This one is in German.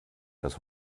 dass